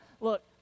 look